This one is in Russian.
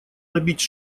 набить